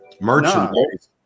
merchandise